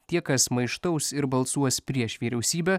tie kas maištaus ir balsuos prieš vyriausybę